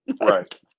Right